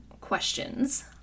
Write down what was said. questions